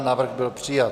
Návrh byl přijat.